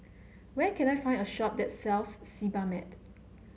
where can I find a shop that sells Sebamed